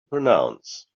pronounce